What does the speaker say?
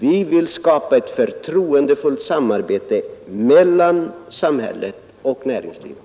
Vi vill skapa ett förtroendefullt samarbete mellan samhället och näringslivet.